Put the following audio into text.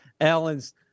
Allen's